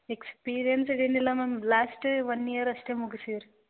experienced ಏನು ಇಲ್ಲ ma'am last one year ಅಷ್ಟೇ ಮುಗ್ಸೀವಿ ರೀ